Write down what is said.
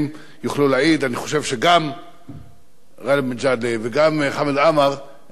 אני חושב שגם גאלב מג'אדלה וגם חמד עמאר יודעים שאנחנו,